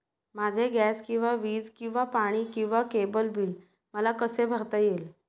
माझे गॅस किंवा वीज किंवा पाणी किंवा केबल बिल मला कसे भरता येईल?